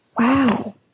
Wow